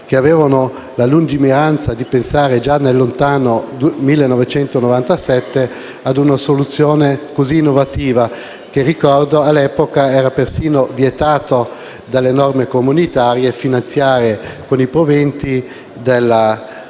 che ebbero la lungimiranza di pensare, già nel lontano 1997, ad una soluzione così innovativa; ricordo che all'epoca era persino vietato dalle norme comunitarie finanziare con i proventi della gomma,